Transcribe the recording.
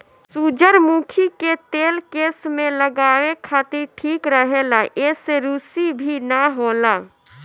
सुजरमुखी के तेल केस में लगावे खातिर ठीक रहेला एसे रुसी भी ना होला